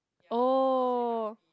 oh